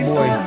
Boy